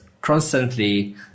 constantly